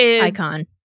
icon